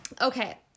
okay